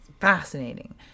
Fascinating